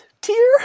tier